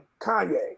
Kanye